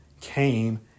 came